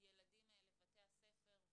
הילדים לבית הספר,